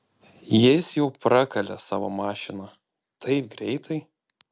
jis jau prakalė savo mašiną taip greitai